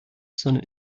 sondern